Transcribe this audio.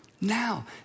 now